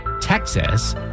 Texas